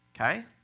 Okay